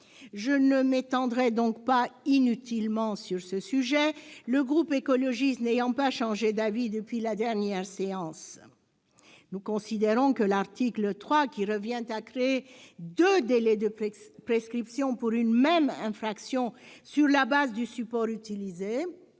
Je ne m'étendrai donc pas inutilement sur ce sujet, le groupe écologiste n'ayant pas changé d'avis depuis la dernière séance. Nous considérons que l'article 3, qui revient à créer deux délais de prescription pour une même infraction sur la base du support utilisé-